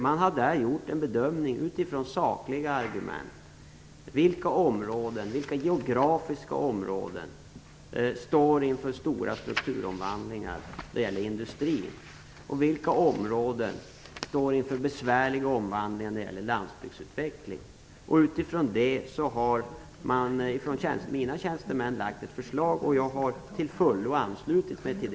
Man har därvid gjort en bedömning utifrån sakliga kriterier, nämligen vilka geografiska områden som står inför stora industriella strukturomvandlingar och vilka som står inför besvärliga omvandlingar när det gäller landsbygdsutveckling. På grundval härav har mina tjänstemän lagt fram ett förslag, som jag till fullo har anslutit mig till.